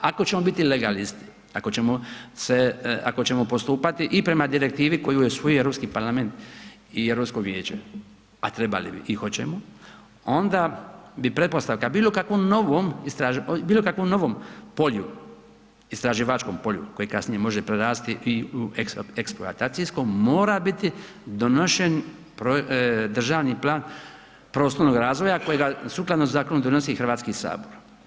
Ako ćemo biti legalisti, ako ćemo postupati i prema direktivi koju je usvojio ruski Parlament i rusko Vijeće a trebali bi i hoćemo, onda bi pretpostavka bilo kakvom novom polju istraživačkom polju koje kasnije može prerasti i u eksploatacijsko mora biti donesen državni plan prostornog razvoja kojega sukladno zakonu donosi Hrvatski sabor.